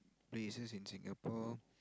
places in Singapore